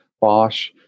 Bosch